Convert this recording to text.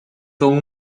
son